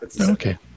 Okay